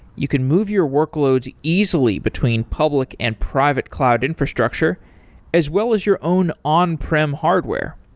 you can move your workloads easily between public and private cloud infrastructure as well as your own on-prim hardware.